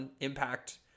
impact